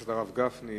חבר הכנסת הרב גפני,